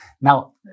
Now